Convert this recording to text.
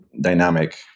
dynamic